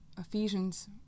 Ephesians